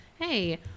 hey